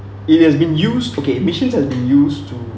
it has been used okay machines are being used to